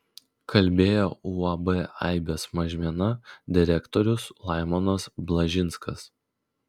kalbėjo uab aibės mažmena direktorius laimonas blažinskas